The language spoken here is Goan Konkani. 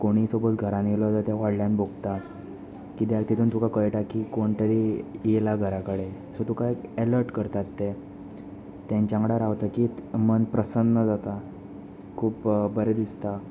कोणूय सपोझ घरांत आयलो जाल्यार ते व्हडल्यान भोंकता कित्याक तातूंत तुका कळटा की कोण तरी आयला घरा कडेन सो तुका एलर्ट करतात ते तांच्या वांगडा रावतकच मन प्रसन्न जाता खूब बरें दिसता